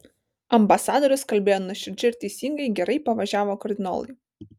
ambasadorius kalbėjo nuoširdžiai ir teisingai gerai pavažiavo kardinolui